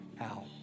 out